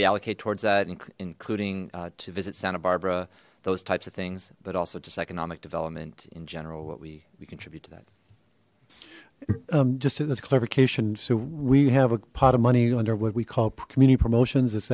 we allocate towards that and including to visit santa barbara those types of things but also just economic development in general what we we contribute to that just that's clarification so we have a pot of money under what we call community promotions i